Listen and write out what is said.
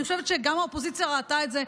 אני חושבת שגם האופוזיציה ראתה את זה,